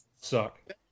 suck